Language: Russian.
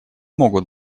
могут